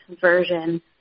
version